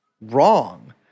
wrong